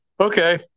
okay